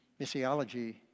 missiology